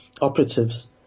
operatives